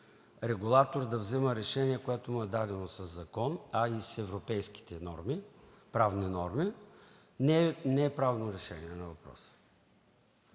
регулатор да взима решение, което му е дадено със закон, а и с европейските правни норми, не е правно решение на въпроса.